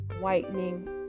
whitening